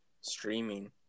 streaming